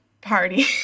party